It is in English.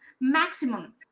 maximum